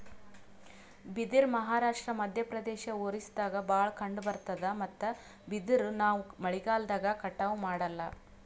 ಬಿದಿರ್ ಮಹಾರಾಷ್ಟ್ರ, ಮಧ್ಯಪ್ರದೇಶ್, ಒರಿಸ್ಸಾದಾಗ್ ಭಾಳ್ ಕಂಡಬರ್ತಾದ್ ಮತ್ತ್ ಬಿದಿರ್ ನಾವ್ ಮಳಿಗಾಲ್ದಾಗ್ ಕಟಾವು ಮಾಡಲ್ಲ